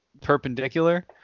perpendicular